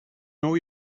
know